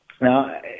now